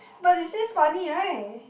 but this is funny [right]